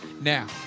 Now